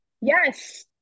yes